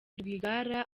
rwigara